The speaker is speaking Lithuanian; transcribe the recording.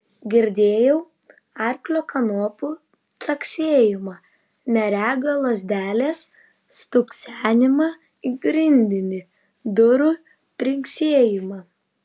girdėjau arklio kanopų caksėjimą neregio lazdelės stuksenimą į grindinį durų trinksėjimą